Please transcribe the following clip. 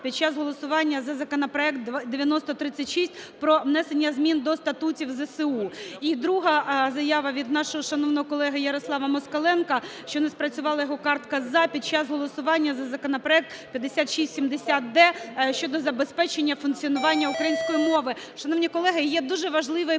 під час голосування за законопроект 9036 про внесення змін до статутів ЗСУ. І друга заява від нашого шановного колеги Ярослава Москаленка, що не спрацювала його картка "за" під час голосування за законопроект 5670-д щодо забезпечення функціонування української мови. Шановні колеги, є дуже важливе